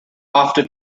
after